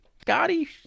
Scotty